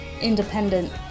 independent